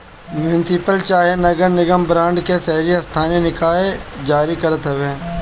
municipal चाहे नगर निगम बांड के शहरी स्थानीय निकाय जारी करत हवे